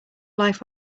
life